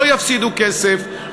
לא יפסידו כסף,